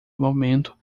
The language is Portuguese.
movimento